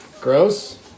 Gross